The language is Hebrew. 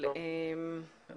כן